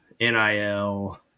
NIL